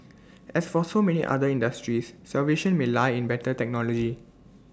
as for so many other industries salvation may lie in better technology